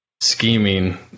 scheming